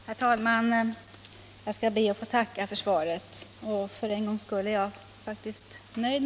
Herr talman! Jag skall be att få tacka för svaret, och för en gång skull är jag faktiskt nöjd.